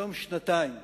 ובתום שנתיים